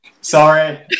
Sorry